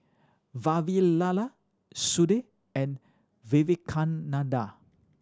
Vavilala Sudhir and Vivekananda